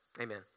Amen